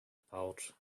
pouch